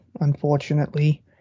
unfortunately